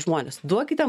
žmonės duokite